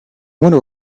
wonder